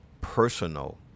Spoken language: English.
personal